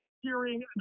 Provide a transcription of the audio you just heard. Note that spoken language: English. hearing